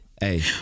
hey